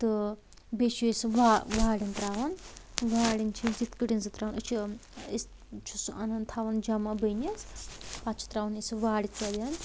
تہٕ بیٚیہِ چھِ أسۍ سُہ وارٮ۪ن تراوَان وارٮ۪ن چھِ أسۍ سُہ یتھ پٲٹھۍ تراوَان أسۍ چھ انان تھاوَان جمعہٕ بٔنتھ پتہٕ چھِ تراوَان أسۍ سُہ وارِ ژۄین